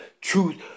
truth